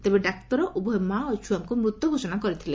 ତେବେ ଡାକ୍ତର ଉଭୟ ମା ଓ ଛୁଆଙ୍କୁ ମୃତ ଘୋଷଣା କରିଥିଲେ